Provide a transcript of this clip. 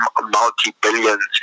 multi-billions